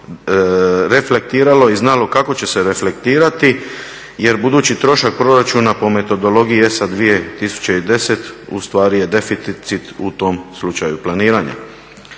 reflektiralo i znalo kako će se reflektirati jer budući trošak proračuna po metodologiji ESA 2010. ustvari je deficit u tom slučaju planiranja.